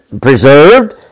preserved